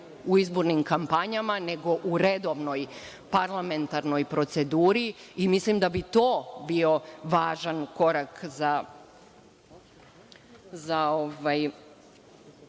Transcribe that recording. ne izbornim kampanjama, nego u redovnoj parlamentarnoj proceduri. Mislim da bi to bio važan korak za